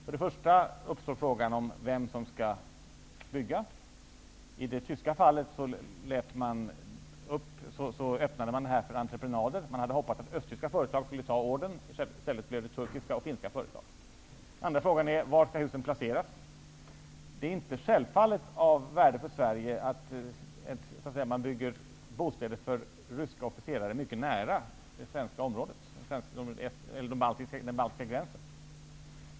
För det första uppstår frågan om vem som skall bygga. I det tyska fallet öppnade man för entreprenader. Man hade hoppats att östtyska företag skulle ta ordern. I stället blev det turkiska och finska företag som gjorde det. Den andra frågan är: Var skall husen placeras? Det är självfallet inte av värde för Sverige att man bygger bostäder för ryska officerare mycket nära det svenska området eller den baltiska gränsen.